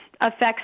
affects